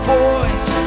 voice